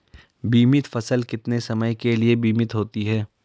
बीमित फसल कितने समय के लिए बीमित होती है?